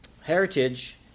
heritage